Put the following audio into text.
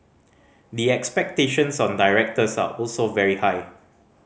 the expectations on directors are also very high